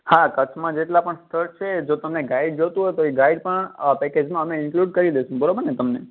હા કચ્છમાં જેટલાં પણ સ્થળ છે જો તમને ગાઈડ જોઈતું હોય તો એ ગાઈડ પણ અ પેકેજમાં અમે ઇન્ક્લુંડ કરી દઇશું બરાબરને તમને